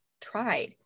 tried